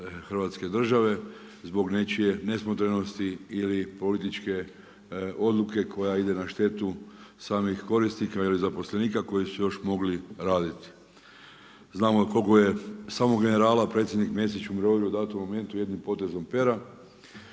Hrvatske države zbog nečije nesmotrenosti ili političke odluka koja ide na štetu samih korisnika ili zaposlenika koji su još mogli raditi. Znamo i koliko je samo generala predsjednik Mesić u mirovinu datu momentu jednim potezom pera,